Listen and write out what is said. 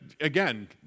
Again